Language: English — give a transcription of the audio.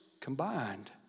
combined